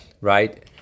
right